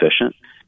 efficient